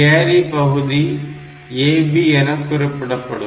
carry பகுதி AB என குறிப்பிடப்படும்